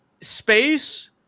space